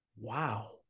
Wow